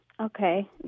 Okay